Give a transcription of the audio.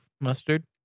mustard